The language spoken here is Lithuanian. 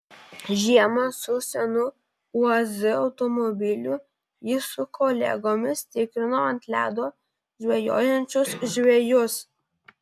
žiemą su senu uaz automobiliu jis su kolegomis tikrino ant ledo žvejojančius žvejus